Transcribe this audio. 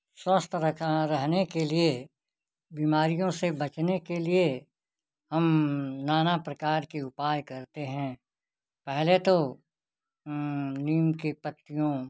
स्वस्थ रखन रहने के लिए बीमारियों से बचने के लिए हम नाना प्रकार के उपाय करते हैं पहले तो नीम की पत्तियों